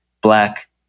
black